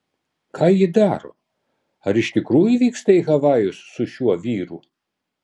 ką ji daro ar iš tikrųjų vyksta į havajus su šiuo vyru